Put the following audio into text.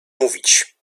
mówić